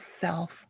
self